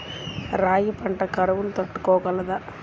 రాగి పంట కరువును తట్టుకోగలదా?